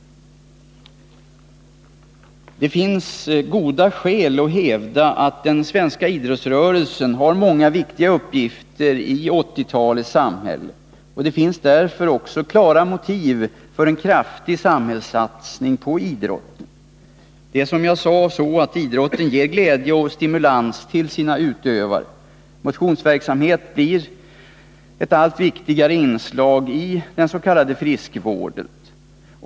Det finns goda skäl att hävda att den svenska idrottsrörelsen har många viktiga uppgifter i 1980-talets samhälle. Därför finns det också klara motiv för en kraftig samhällssatsning på idrotten. Idrotten ger sina utövare glädje och stimulans, och motionsverksamhet blir ett allt viktigare inslag i den s.k. friskvården.